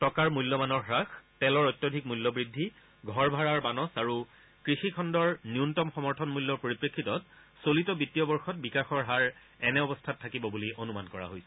টকাৰ মূল্যমানৰ হ্ৰাস তেলৰ অত্যধিক মূল্যবৃদ্ধি ঘৰভাৰাৰ বানচ আৰু কৃষিখণ্ডৰ ন্যূনতম সমৰ্থন মূল্যৰ পৰিপ্ৰেক্ষিতত চলিত বিওীয় বৰ্ষত বিকাশৰ হাৰ এনে অৱস্থাত থাকিব বুলি অনুমান কৰা হৈছে